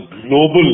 global